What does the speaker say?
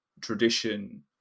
tradition